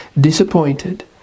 disappointed